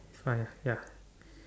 it's fine ya